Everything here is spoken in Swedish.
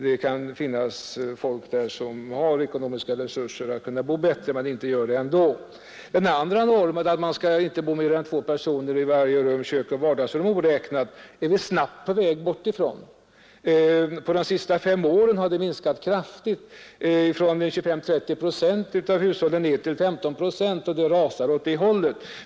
Det kan finnas folk där som har ekonomiska resurser att bo bättre men inte gör det ändå. Den andra normen, att man inte skall bo mer än två personer i varje rum, kök och vardagsrum oräknat, är vi snabbt på väg att uppfylla. På de senaste fem åren har den trångboddheten minskat kraftigt, från 25—30 procent av hushållen ned till 15 procent, och utvecklingen fortsätter åt det hållet.